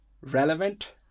relevant